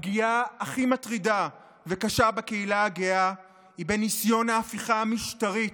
הפגיעה הכי מטרידה וקשה בקהילה הגאה היא בניסיון ההפיכה המשטרית,